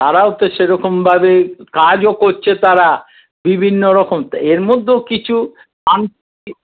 তারাও তো সেরকমভাবে কাজও করছে তারা বিভিন্ন রকম তো এর মধ্যেও কিছু